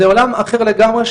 זה עולם אחר לגמרי,